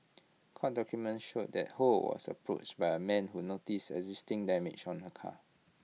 court documents showed that ho was approached by A man who notice existing damage on her car